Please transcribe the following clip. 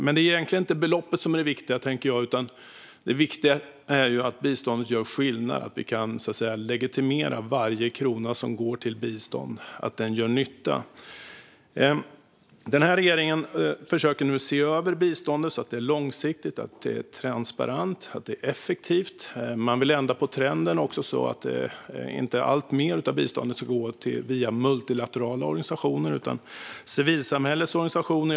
Men det är egentligen inte beloppet som är det viktiga, tänker jag, utan det viktiga är att biståndet gör skillnad och att vi, så att säga, kan legitimera att varje krona som går till bistånd gör nytta. Regeringen försöker nu se över biståndet så att det är långsiktigt, transparent och effektivt. Man vill också ändra på trenden så att inte alltmer av biståndet ska gå via multilaterala organisationer. Det handlar också om civilsamhällets organisationer.